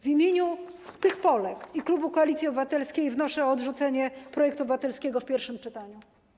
W imieniu tych Polek i klubu Koalicji Obywatelskiej wnoszę o odrzucenie projektu obywatelskiego w pierwszym czytaniu.